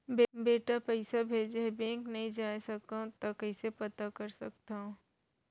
बेटा पइसा भेजे हे, बैंक नई जाथे सकंव त कइसे पता कर सकथव?